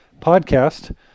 podcast